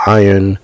iron